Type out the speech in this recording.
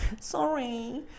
Sorry